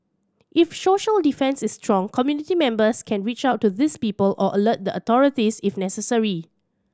if social defence is strong community members can reach out to these people or alert the authorities if necessary